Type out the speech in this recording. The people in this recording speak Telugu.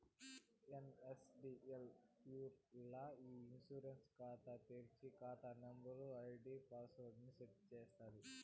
ఎన్.ఎస్.డి.ఎల్ పూర్స్ ల్ల ఇ ఇన్సూరెన్స్ కాతా తెర్సి, కాతా నంబరు, ఐడీ పాస్వర్డ్ ని సెట్ చేస్తాది